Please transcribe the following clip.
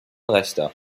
rechte